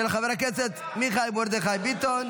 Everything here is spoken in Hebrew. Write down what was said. של חבר הכנסת מיכאל מרדכי ביטון.